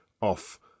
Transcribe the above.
off